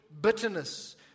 bitterness